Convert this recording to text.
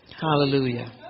Hallelujah